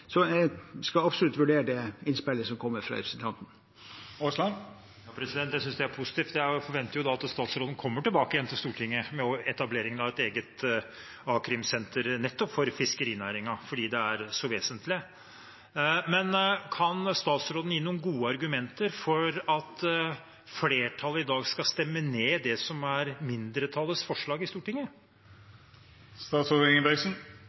Jeg skal absolutt vurdere det innspillet som kommer fra representanten. Jeg synes det er positivt. Jeg forventer da at statsråden kommer tilbake igjen til Stortinget med etableringen av et eget a-krimsenter nettopp for fiskerinæringen, fordi det er så vesentlig. Men kan statsråden gi noen gode argumenter for at flertallet i dag skal stemme ned det som er mindretallets forslag i Stortinget?